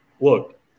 look